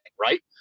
Right